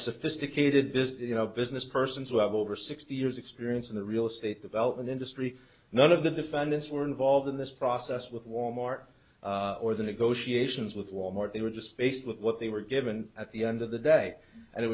sophisticated you know business persons who have over sixty years experience in the real estate development industry none of the defendants were involved in this process with wal mart or the negotiations with wal mart they were just basically what they were given at the end of the day and it